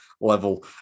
level